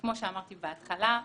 כמו שאמרתי בהתחלה,